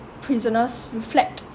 prisoners reflect